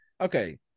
Okay